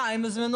אה, הם הוזמנו?